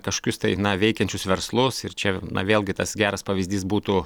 kažkokius tai na veikiančius verslus ir čia na vėlgi tas geras pavyzdys būtų